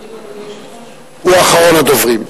הוא אחרון הדוברים?